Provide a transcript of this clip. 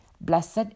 Blessed